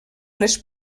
les